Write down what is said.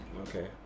Okay